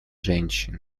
женщин